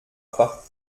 pas